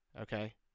Okay